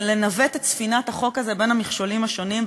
לנווט את ספינת החוק הזה בין המכשולים השונים,